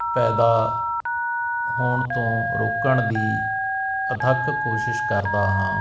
ਪੈਦਾ ਹੋਣ ਤੋਂ ਰੋਕਣ ਦੀ ਅਥੱਕ ਕੋਸ਼ਿਸ਼ ਕਰਦਾ ਹਾਂ